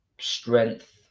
strength